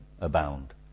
abound